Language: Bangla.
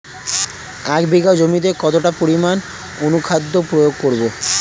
এক বিঘা জমিতে কতটা পরিমাণ অনুখাদ্য প্রয়োগ করব?